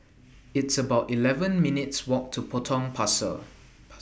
It's about eleven minutes' Walk to Potong Pasir Pasir